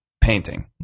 painting